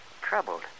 Troubled